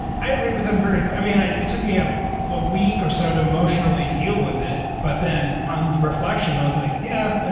i agree with them very i mean, it took me a week or so to emotionally deal with it. but then, on reflection, i was like, yeah,